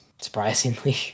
surprisingly